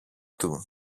του